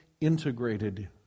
integrated